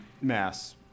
mass